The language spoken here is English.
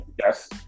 Yes